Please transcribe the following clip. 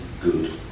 good